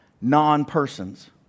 non-persons